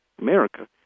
America